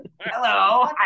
hello